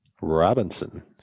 Robinson